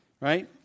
Right